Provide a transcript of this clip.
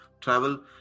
travel